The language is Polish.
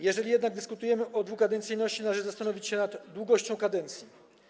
Jeżeli jednak dyskutujemy o dwukadencyjności, to należy zastanowić się nad długością kadencji.